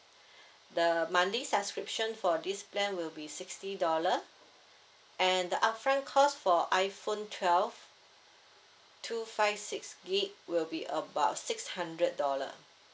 the monthly subscription for this plan will be sixty dollar and the upfront cost for iphone twelve two five six gig will be about six hundred dollar